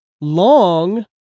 long